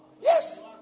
yes